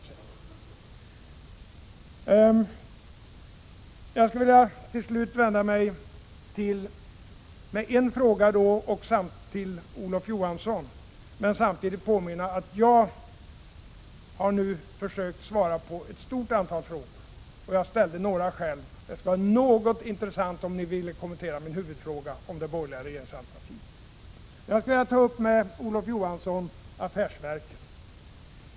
Till slut vill jag vända mig med en fråga till Olof Johansson. Samtidigt vill jag påminna om att jag nu har försökt svara på ett stort antal frågor. Jag ställde några frågor själv, och det skulle vara något intressant om ni ville kommentera min huvudfråga om det borgerliga regeringsalternativet. Med Olof Johansson vill jag ta upp affärsverken.